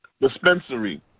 Dispensary